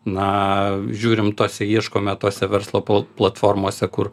na žiurim tose ieškome tose verslo plo platformose kur